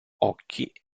occhi